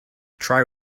tri